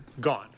gone